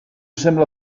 sembla